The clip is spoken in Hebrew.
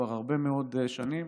כבר הרבה מאוד שנים,